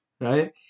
right